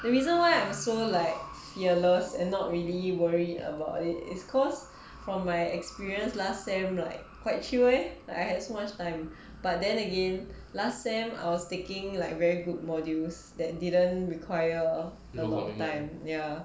the reason why I am so like fearless and not really worry about it cause from my experience last sem like quite chill eh I had much time but then again last sem I was taking like very good modules that didn't require a lot of time ya